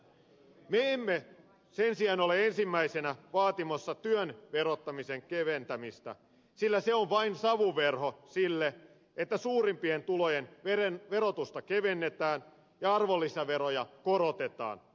me emme sen sijaan ole ensimmäisenä vaatimassa työn verottamisen keventämistä sillä se on vain savuverho sille että suurimpien tulojen verotusta kevennetään ja arvonlisäveroja korotetaan